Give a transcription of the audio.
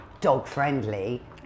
dog-friendly